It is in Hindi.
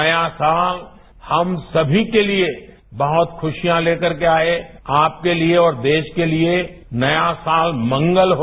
नया साल हम सभी के लिए बहुत खुसियां लेकर के आए आपके लिए और देश के लिए नया साल मंगल हो